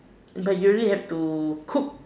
but you already have to cook